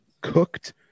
cooked